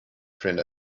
friend